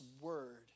word